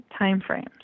timeframes